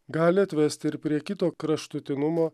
gali atvesti ir prie kito kraštutinumo